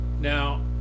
now